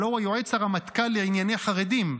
הלוא הוא יועץ הרמטכ"ל לענייני חרדים?